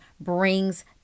brings